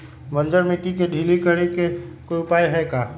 बंजर मिट्टी के ढीला करेके कोई उपाय है का?